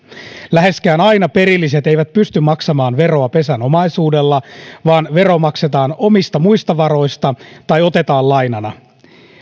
läheskään aina perilliset eivät pysty maksamaan veroa pesän omaisuudella vaan vero maksetaan omista muista varoista tai otetaan lainana